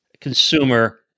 consumer